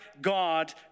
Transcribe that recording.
God